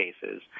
cases